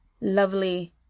lovely